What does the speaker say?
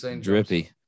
drippy